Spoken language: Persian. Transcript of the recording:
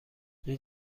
این